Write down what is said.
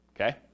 okay